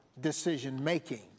decision-making